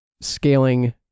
scaling